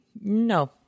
No